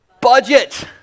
budget